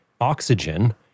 oxygen